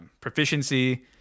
proficiency